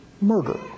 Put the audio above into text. murder